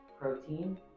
protein